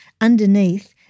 underneath